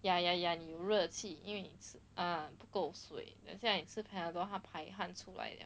ya ya ya 你有热气因为你吃 ah 你不够水 then 现在你吃 panadol 它排汗出来而已